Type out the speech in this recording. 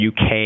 UK